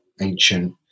ancient